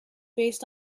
based